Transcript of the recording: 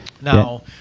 now